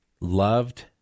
loved